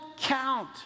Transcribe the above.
count